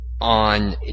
on